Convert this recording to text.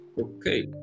okay